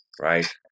Right